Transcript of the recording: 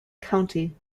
county